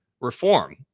reform